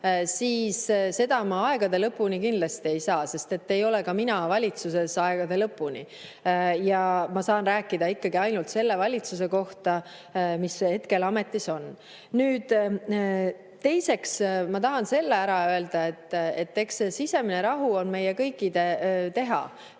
tõuse? Seda ma aegade lõpuni kindlasti [lubada] ei saa, sest ei ole ka mina valitsuses aegade lõpuni. Ma saan rääkida ikkagi ainult selle valitsuse kohta, mis hetkel ametis on. Teiseks ma tahan selle ära öelda, et eks see sisemine rahu on meie kõikide teha,